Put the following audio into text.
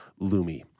Lumi